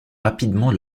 rapidement